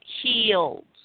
healed